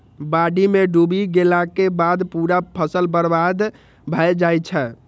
बाढ़ि मे डूबि गेलाक बाद पूरा फसल बर्बाद भए जाइ छै